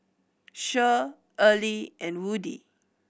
Cher Earley and Woodie